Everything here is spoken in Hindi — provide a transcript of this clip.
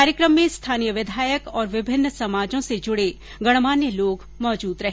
कार्यक्रम में स्थानीय विधायक और विभिन्न समाजों से जुड़े गणमान्य लोग मौजूद रहे